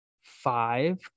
five